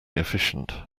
efficient